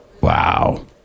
Wow